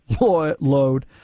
load